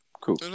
Cool